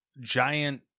giant